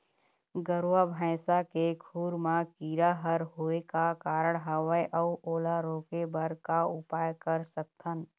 गरवा भैंसा के खुर मा कीरा हर होय का कारण हवए अऊ ओला रोके बर का उपाय कर सकथन?